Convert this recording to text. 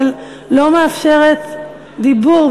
אבל לא מאפשרת דיבור.